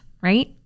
right